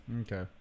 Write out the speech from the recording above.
Okay